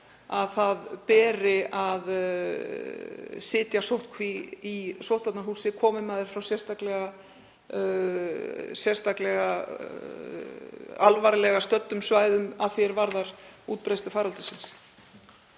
að það beri að vera sóttkví í sóttvarnahúsi, komi maður frá sérstaklega alvarlega stöddum svæðum að því er varðar útbreiðslu faraldursins.